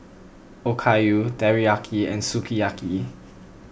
Okayu Teriyaki and Sukiyaki